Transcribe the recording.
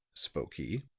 spoke he,